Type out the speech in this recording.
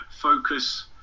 focus